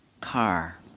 car